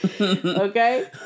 Okay